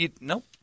Nope